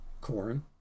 corn